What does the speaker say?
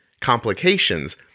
complications